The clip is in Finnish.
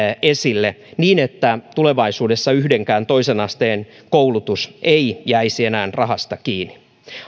esille niin että tulevaisuudessa yhdenkään toisen asteen koulutus ei jäisi enää rahasta kiinni